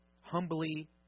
humbly